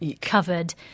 covered